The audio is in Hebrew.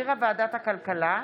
שהחזירה ועדת הכלכלה.